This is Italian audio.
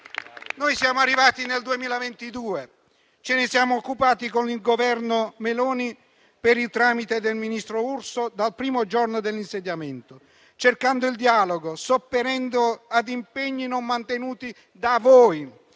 Noi siamo arrivati nel 2022. Ce ne siamo occupati con il Governo Meloni, per il tramite del ministro Urso, dal primo giorno dell'insediamento, cercando il dialogo, sopperendo ad impegni non mantenuti da voi,